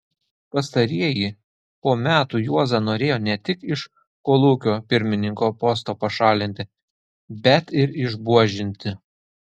pastarieji po metų juozą norėjo ne tik iš kolūkio pirmininko posto pašalinti bet ir išbuožinti